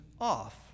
off